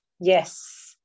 Yes